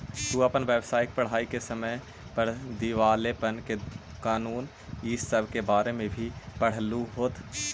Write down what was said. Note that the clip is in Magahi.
तू अपन व्यावसायिक पढ़ाई के समय पर दिवालेपन के कानून इ सब के बारे में भी पढ़लहू होत